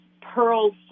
Pearl's